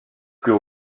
plus